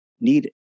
need